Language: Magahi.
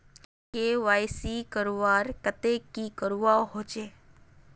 के.वाई.सी करवार केते की करवा होचए?